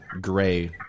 gray